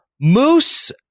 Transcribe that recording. Moose